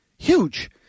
Huge